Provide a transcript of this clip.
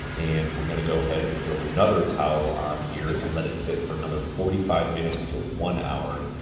and we're gonna go ahead and throw another towel on here, and let it sit for another forty five minutes to one hour.